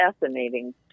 fascinating